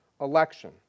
election